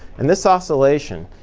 and this oscillation,